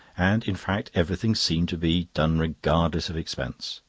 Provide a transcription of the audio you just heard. and, in fact, everything seemed to be done regardless of expense.